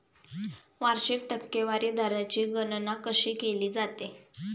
वार्षिक टक्केवारी दराची गणना कशी केली जाते?